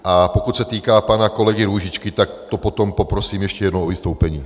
A pokud se týká pana kolegy Růžičky, tak to potom poprosím ještě jednou o vystoupení.